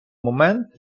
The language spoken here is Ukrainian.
момент